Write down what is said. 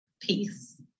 peace